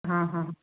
ਹਾਂ ਹਾਂ